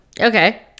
Okay